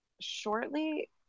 shortly